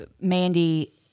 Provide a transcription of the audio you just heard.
Mandy